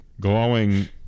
glowing